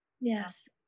Yes